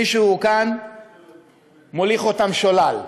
מישהו כאן מוליך אותם שולל,